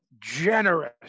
generous